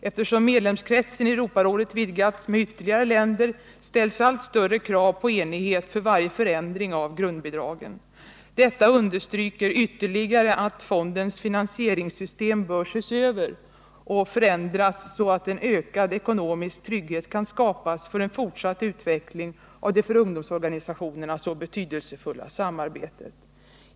Eftersom medlemskretsen i Europarådet har vidgats med ytterligare länder ställs allt större krav på enighet för varje förändring av grundbidragen. Detta understryker ytterligare att fondens finansieringssystem bör ses över och förändras, så att en ökad ekonomisk trygghet kan skapas för en fortsatt utveckling av det för ungdomsorganisationerna så betydelsefulla samarbetet.